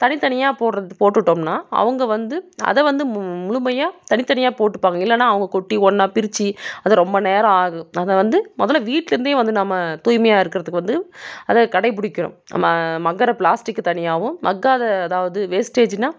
தனித்தனியாக போடுற போட்டுட்டோம்னால் அவங்க வந்து அதை வந்து முழுமையாக தனித்தனியாக போட்டுப்பாங்க இல்லைனா அவங்க கொட்டி ஒன்றா பிரிச்சு அதை ரொம்ப நேரம் ஆகும் அதை வந்து முதல்ல வீட்டிலிருந்தே வந்து நம்ம தூய்மையாக இருக்கிறதுக்கு வந்து அதை கடைபிடிக்கிறோம் நம்ம மக்கற பிளாஸ்டிக் தனியாகவும் மக்காத அதாவது வேஸ்ட்டேஜ்னால்